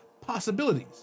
possibilities